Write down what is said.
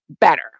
better